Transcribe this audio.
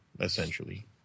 essentially